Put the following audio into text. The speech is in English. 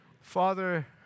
Father